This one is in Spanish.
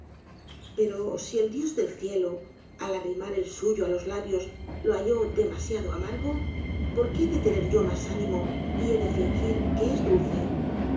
pero si el dios del cielo al arrimar el suyo á los labios lo halló demasiado amargo porqué he de tener yo mas ánimo y he de fingir que es dulce